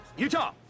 Utah